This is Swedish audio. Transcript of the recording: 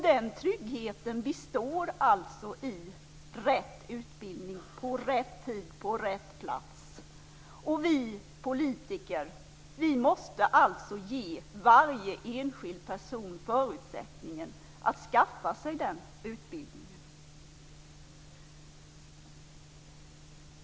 Den tryggheten består alltså i rätt utbildning i rätt tid på rätt plats. Vi politiker måste alltså ge varje enskild person förutsättningen att skaffa sig den utbildningen.